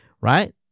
right